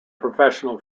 professional